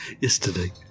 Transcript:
yesterday